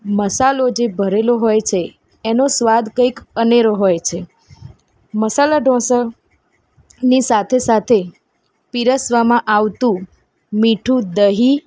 મસાલો જે ભરેલો હોય છે એનો સ્વાદ કંઇક અનેરો હોય છે મસાલા ઢોસાની સાથે સાથે પીરસવામાં આવતું મીઠું દહીં